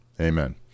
Amen